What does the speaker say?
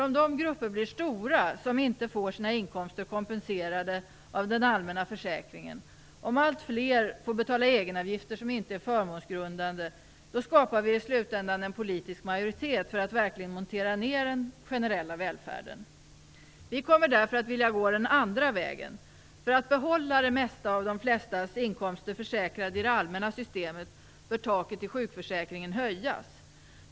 Om de grupper som inte får sina inkomster kompenserade av den allmänna försäkringen blir stora, om allt fler får betala egenavgifter som inte är förmånsgrundande, skapar vi i slutändan en politisk majoritet för att verkligen nedmontera den generella välfärden. Vi kommer därför att vilja gå den andra vägen. För att behålla det mesta av de flestas inkomster försäkrat i det allmänna systemet bör taket i sjukförsäkringen höjas.